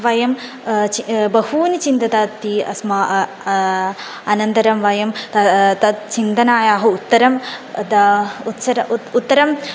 वयं बहूनि चिन्तनानि अस्माकम् अनन्तरं वयं त तत् चिन्तनस्य उत्तरं दा उत्तरम् उत् उत्तरम्